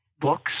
books